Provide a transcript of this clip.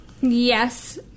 Yes